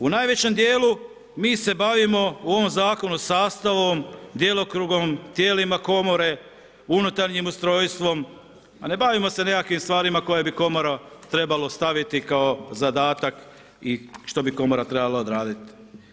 U najvećem dijelu mi se bavimo u ovom zakonu sastavom, djelokrugom, tijelima komore, unutarnjim ustrojstvom, a ne bavimo se nekakvim stvarima koje bi komora trebala staviti kao zadataka i što bi komora trebala odraditi.